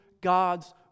God's